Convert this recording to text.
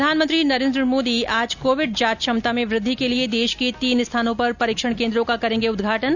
प्रधानमंत्री नरेन्द्र मोदी आज कोविड जांच क्षमता में वृद्धि के लिए देश के तीन स्थानों पर परीक्षण केन्द्रों का करेंगे उद्घाटन